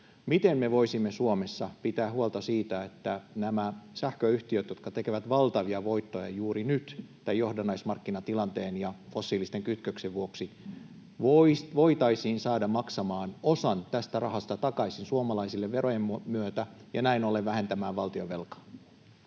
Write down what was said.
Miten me voisimme Suomessa pitää huolta siitä, että nämä sähköyhtiöt, jotka tekevät valtavia voittoja juuri nyt tämän johdannaismarkkinatilanteen ja fossiilisten kytköksen vuoksi, voitaisiin saada maksamaan osan tästä rahasta takaisin suomalaisille verojen myötä ja näin ollen vähentämään valtionvelkaa?